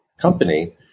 company